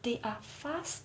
they are fast